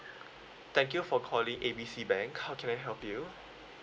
thank you for calling A B C bank how can I help you